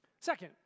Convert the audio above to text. Second